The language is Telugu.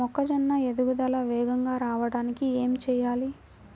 మొక్కజోన్న ఎదుగుదల వేగంగా రావడానికి ఏమి చెయ్యాలి?